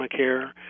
Obamacare